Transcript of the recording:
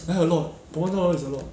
eh hello one dollar is a lot